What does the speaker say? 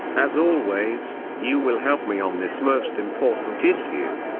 as always, you will help me on this most important issue.